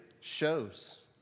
shows